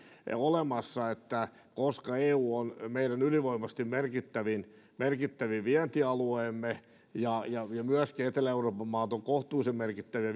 olemassa koska eu on meidän ylivoimaisesti merkittävin merkittävin vientialueemme ja ja myöskin etelä euroopan maat ovat kohtuullisen merkittäviä